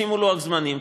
שימו לוחות זמנים,